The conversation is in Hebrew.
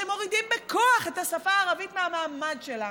שמורידים בו בכוח את השפה הערבית מהמעמד שלה,